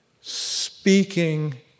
speaking